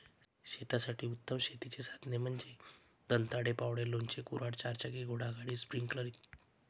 शेतासाठी उत्तम शेतीची साधने म्हणजे दंताळे, फावडे, लोणचे, कुऱ्हाड, चारचाकी घोडागाडी, स्प्रिंकलर इ